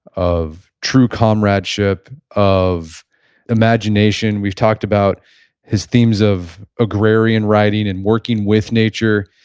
of true comradeship, of imagination. we've talked about his themes of agrarian writing and working with nature.